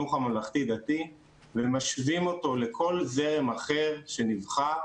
בחינוך הממלכתי דתי ומשווים אותו לכל זרם אחר שנבחר,